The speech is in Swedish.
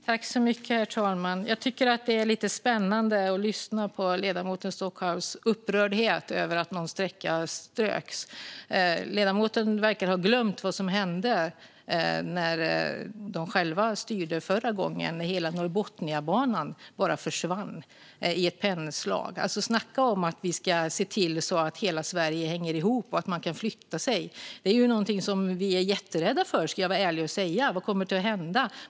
Herr talman! Jag tycker att det är lite spännande att lyssna på ledamoten Stockhaus upprördhet över att någon sträcka ströks. Ledamoten verkar ha glömt vad som hände när hennes eget parti styrde förra gången och hela Norrbotniabanan bara försvann med ett penndrag. Snacka om att se till att hela Sverige hänger ihop och att man kan förflytta sig! Jag ska vara ärlig och säga att detta är något vi är jätterädda för. Vad kommer att hända?